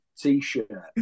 t-shirt